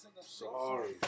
Sorry